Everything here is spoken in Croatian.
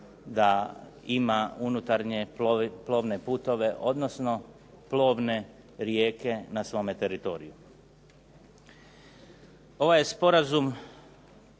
da ima unutarnje plovne putove, odnosno plovne rijeke na svome teritoriju. Ovaj Sporazum